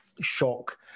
shock